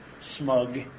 smug